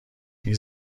این